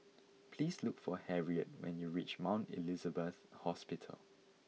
please look for Harriett when you reach Mount Elizabeth Hospital